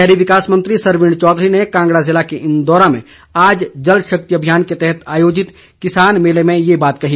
शहरी विकास मंत्री सरवीण चौधरी ने कांगड़ा जिले के इंदौरा में आज जल शक्ति अभियान के तहत आयोजित किसान मेले में ये बात कही